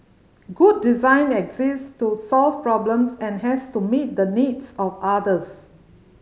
good design exists to solve problems and has to meet the needs of others